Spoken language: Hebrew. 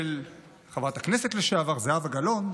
של חברת הכנסת לשעבר זהבה גלאון,